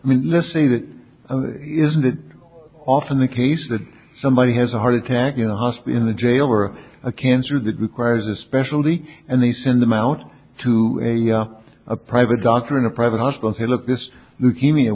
i mean listen to that isn't it often the case that somebody has a heart attack you know hosty in the jail or a cancer that requires a specialty and they send them out to a private doctor in a private hospital hey look this leukemia